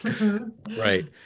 Right